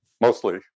mostly